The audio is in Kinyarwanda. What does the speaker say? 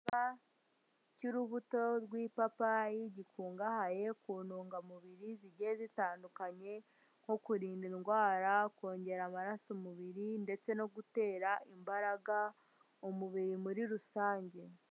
Cy'urubuto rw'ipapa gikungahaye ku ntungamubiri zigiye zitandukanye nko kurinda indwara, kongera amaraso umubiri ndetse no gutera imbaraga umubiri muri rusange.